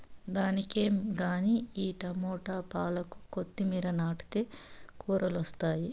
దానికేం గానీ ఈ టమోట, పాలాకు, కొత్తిమీర నాటితే కూరలొస్తాయి